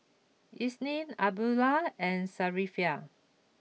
Isnin Abdullah and Safiya